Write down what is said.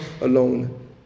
alone